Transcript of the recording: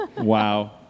Wow